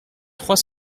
trois